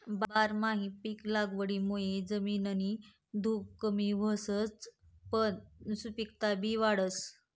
बारमाही पिक लागवडमुये जमिननी धुप कमी व्हसच पन सुपिकता बी वाढस